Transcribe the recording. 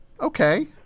Okay